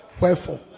Wherefore